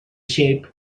shape